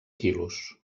quilos